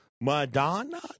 Madonna